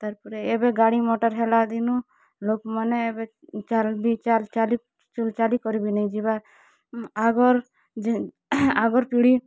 ତାର୍ ପରେ ଏବେ ଗାଡ଼ି ମଟର୍ ହେଲା ଦିନୁ ଲୋକ୍ ମାନେ ଏବେ ଚାଲ୍ ବି ଚାଲି କରିବି ନେଇଁ ଯିବା ଆଗର୍ ଯେନ୍ ଆଗର୍ ପିଢ଼ି